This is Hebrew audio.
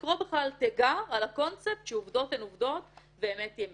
לקרוא בכלל תיגר על הקונספט שעובדות הן עובדות ואמת היא אמת.